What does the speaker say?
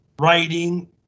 writing